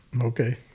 Okay